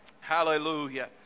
Hallelujah